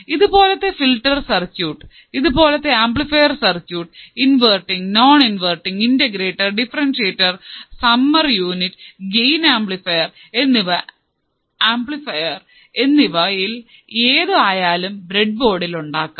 ഇതുപോലത്തെ filter circuit ഇതു പോലത്തെ amplifier circuit inverting non inverting integrator differentiator summer unity gain amplifier എന്നിവയിൽ ഏതു ആയാലും ബ്രഡ് ബോർഡിൽ ഉണ്ടാക്കാം